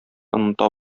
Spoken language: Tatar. оныта